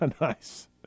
Nice